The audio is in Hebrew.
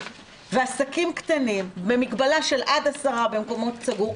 ועסקים קטנים במגבלה של עד 10 במקומות סגורים,